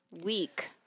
week